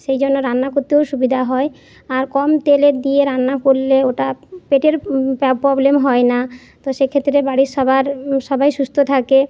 সেই জন্য রান্না করতেও সুবিধা হয় আর কম তেলে দিয়ে রান্না করলে ওটা পেটের প্রবলেম হয় না তো সেক্ষেত্রে বাড়ির সবার সবাই সুস্থ থাকে